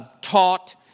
taught